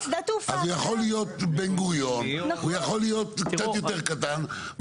אז הוא יכול להיות בן גוריון והוא יכול להיות קצת יותר קטן.